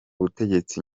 butegetsi